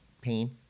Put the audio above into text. pain